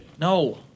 No